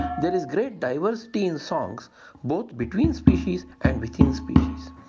there is great diversity in songs both between species and within species.